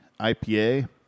IPA